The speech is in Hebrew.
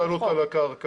אין בעלות על הקרקע,